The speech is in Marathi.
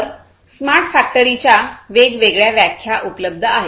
तर स्मार्ट फॅक्टरीच्या वेगवेगळ्या व्याख्या उपलब्ध आहेत